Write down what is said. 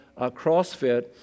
CrossFit